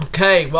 Okay